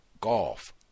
golf